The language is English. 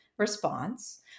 response